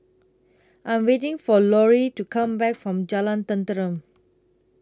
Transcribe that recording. I'm waiting For Lorri to Come Back from Jalan Tenteram